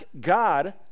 God